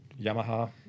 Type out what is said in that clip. Yamaha